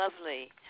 lovely